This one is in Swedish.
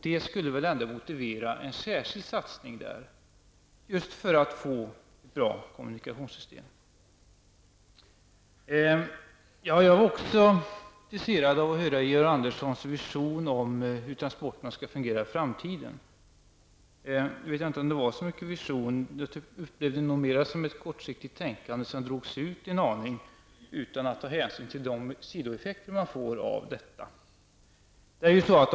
Det skulle väl ändå motivera en särskild satsning för att man skall få ett bra kommunikationssystem. Jag var också intresserad av att höra Georg Anderssons vision om hur transporterna skall fungera i framtiden. Det var dock kanske inte så mycket av en vision. Jag upplevde det mera som ett kortsiktigt tänkande som drogs ut en aning utan hänsyn till de sidoeffekter som uppstår.